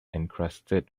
encrusted